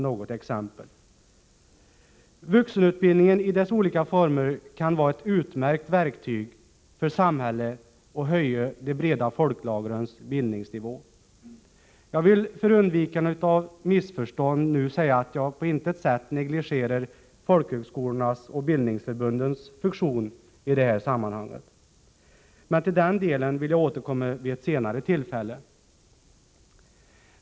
Vuxenutbildning i dess olika former kan vara ett utmärkt verktyg för samhället att höja de breda folklagrens bildningsnivå. Jag vill för undvikande av missförstånd nu säga att jag på intet sätt negligerar folkhögskolornas och bildningsförbundens funktion i detta sammanhang. Men till den delen vill jag återkomma vid ett senare tillfälle.